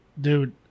dude